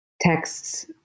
texts